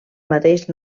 mateix